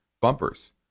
bumpers